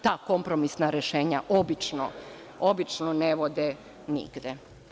Ta kompromisna rešenja obično ne vode nigde.